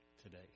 today